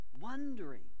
wondering